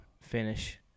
finish